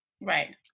Right